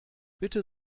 bitte